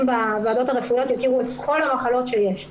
בוועדות הרפואיות יכירו את כל המחלות שיש לעומקן,